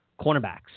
cornerbacks